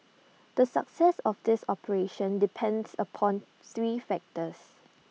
the success of this operation depends upon three factors